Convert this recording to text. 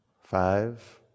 five